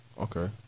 Okay